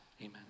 Amen